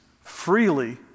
freely